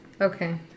Okay